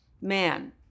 man